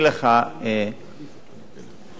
19%,